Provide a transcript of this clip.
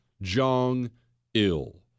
Jong-il